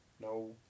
No